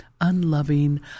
unloving